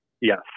Yes